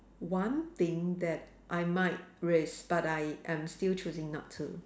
one thing that I might risk but I am still choosing not to